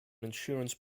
insurance